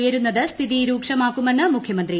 ഉയരുന്നത് സ്ഥിതി രൂക്ഷമാക്കുമെന്ന് മുഖ്യമന്ത്രി